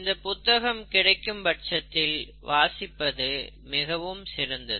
இந்தப் புத்தகம் கிடைக்கும் பட்சத்தில் வாசிப்பது மிகவும் சிறந்தது